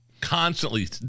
constantly